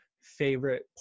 favorite